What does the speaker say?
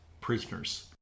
prisoners